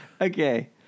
Okay